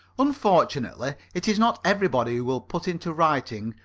unfortunately, it is not everybody who will put into writing,